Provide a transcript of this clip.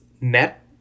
net